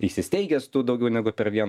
įsisteigęs tu daugiau negu per vieną